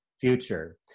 future